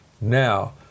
Now